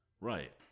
Right